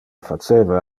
faceva